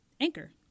Anchor